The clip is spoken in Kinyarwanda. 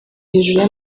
hejuru